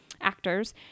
actors